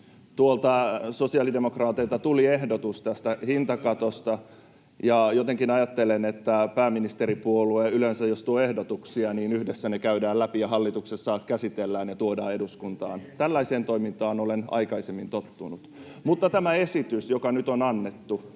Tuolta sosiaalidemokraateilta tuli ehdotus tästä hintakatosta, ja jotenkin ajattelen, että yleensä jos pääministeripuolue tuo ehdotuksia, niin ne yhdessä käydään läpi ja hallituksessa käsitellään ja tuodaan eduskuntaan. Tällaiseen toimintaan olen aikaisemmin tottunut. Tämä esitys, joka nyt on annettu,